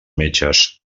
metges